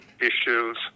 issues